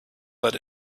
let